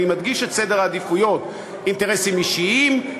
אני מדגיש את סדר העדיפויות: אינטרסים אישיים,